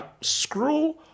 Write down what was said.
screw